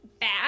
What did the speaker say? bad